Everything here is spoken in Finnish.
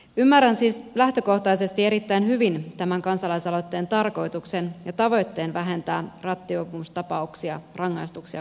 ymmärrän siis lähtökohtaisesti erittäin hyvin tämän kansalaisaloitteen tarkoituksen ja tavoitteen vähentää rattijuopumustapauksia rangaistuksia koventamalla